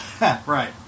right